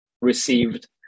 received